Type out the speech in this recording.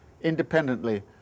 independently